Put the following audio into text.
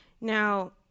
Now